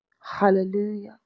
hallelujah